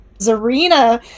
Zarina